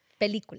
Película